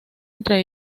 entre